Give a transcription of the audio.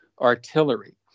artillery